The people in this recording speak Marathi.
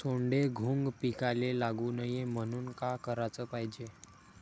सोंडे, घुंग पिकाले लागू नये म्हनून का कराच पायजे?